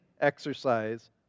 exercise